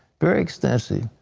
very extensive.